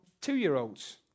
two-year-olds